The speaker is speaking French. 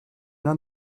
l’un